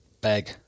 Bag